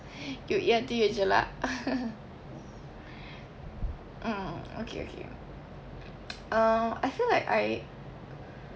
you'll eat until you <malay?jelak mm okay okay uh I feel like I